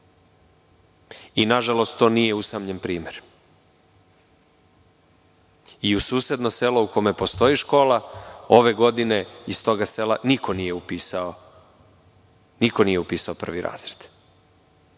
Nažalost to nije usamljen primer, i u susednom selu u kome postoji škola, ove godine iz tog sela niko nije upisao prvi razred.